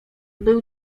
był